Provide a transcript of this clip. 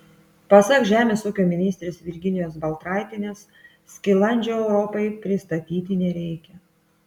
pasak žemės ūkio ministrės virginijos baltraitienės skilandžio europai pristatyti nereikia